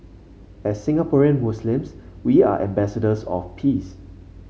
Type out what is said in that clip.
as Singaporean Muslims we are ambassadors of peace